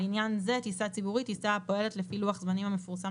לעניין זה "טיסה ציבורית" טיסה הפועלת לפי לוח זמנים המפורסם